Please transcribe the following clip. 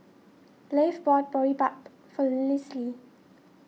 Leif bought Boribap for Lisle